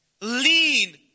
Lean